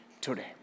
today